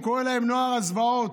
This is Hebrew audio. הוא קורא להם "נוער הזוועות".